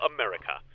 America